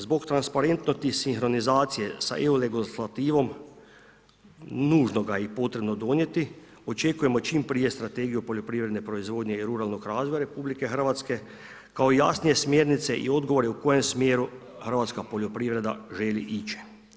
Zbog transparentnosti sinkronizacije sa EU legislativom, nužno ga je i potrebno donijeti, očekujemo čim prije strategiju poljoprivredne proizvodnje i ruralnog razvoja RH, kao jasnije smjernice i odgovore, u kojem smjeru hrvatska poljoprivreda želi ići.